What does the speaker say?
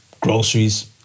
groceries